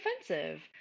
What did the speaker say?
offensive